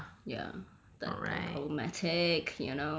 okay ada low key ah alright